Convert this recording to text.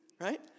right